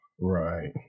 Right